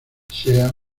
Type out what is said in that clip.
sea